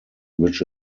which